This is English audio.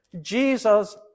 Jesus